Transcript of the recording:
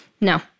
No